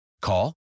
Call